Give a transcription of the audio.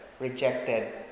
rejected